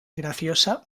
graciosa